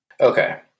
Okay